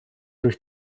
durch